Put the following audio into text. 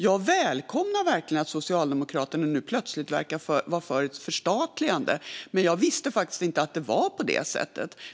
Jag välkomnar verkligen att Socialdemokraterna nu plötsligt verkar vara för ett förstatligande, men jag visste faktiskt inte att det var på det sättet.